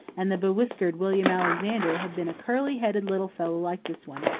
and the bewhiskered william alexander had been a curly-headed little fellow like this one.